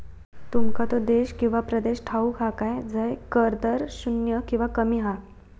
तुमका तो देश किंवा प्रदेश ठाऊक हा काय झय कर दर शून्य किंवा कमी हा?